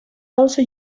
also